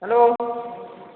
hello